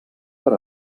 per